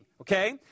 Okay